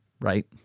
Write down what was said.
right